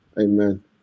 Amen